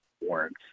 warrants